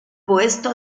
puesto